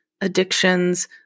addictions